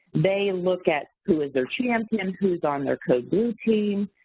they look at who is their champion, who's on their code blue team,